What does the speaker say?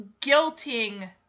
guilting